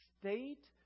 state